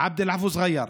עבד אל-אבו זע'איר,